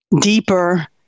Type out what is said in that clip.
deeper